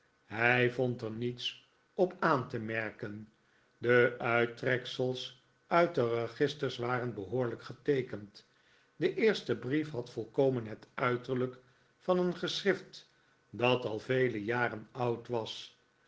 hij vond er niets op aan te merken de uittreksels uit de registers waren behoorlijk geteekend de eerste brief had volkomen net uiterlijk van een geschrift dat al vele jaren oud was